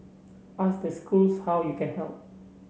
ask the schools how you can help